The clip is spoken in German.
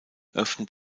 öffnet